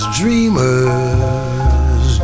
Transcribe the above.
dreamers